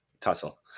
tussle